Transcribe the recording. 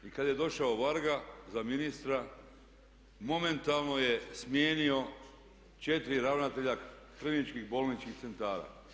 I kad je došao Varga za ministra momentalno je smijenio 4 ravnatelja kliničkih bolničkih centara.